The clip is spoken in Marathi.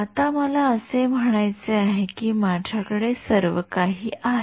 आता मला असे म्हणायचे आहे की माझ्याकडे सर्वकाही आहे